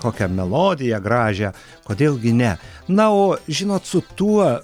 kokią melodiją gražią kodėl gi ne na o žinot su tuo